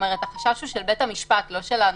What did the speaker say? כלומר החשש הוא של בית המשפט, לא של הנושים.